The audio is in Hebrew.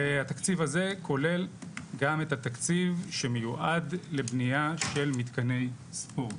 והתקציב הזה כולל גם את התקציב שמיועד לבניה של מתקני ספורט.